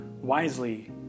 wisely